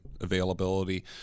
availability